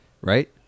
right